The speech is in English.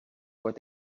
where